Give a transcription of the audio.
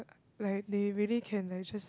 like they really can like just